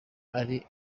ari